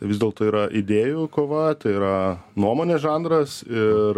vis dėlto yra idėjų kova tai yra nuomonės žanras ir